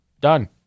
done